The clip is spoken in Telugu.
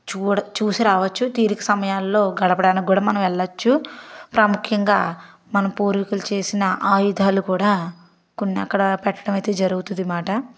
చూడ చూసి రావచ్చు తీరిక సమయాల్లో మనం గడపడానికి కూడా మనం వెళ్ళచ్చు ప్రాముఖ్యంగా మన పూర్వీకులు చేసిన ఆయుధాలు కూడా కొన్ని అక్కడ పెట్టడమైతే జరుగుతది అనమాట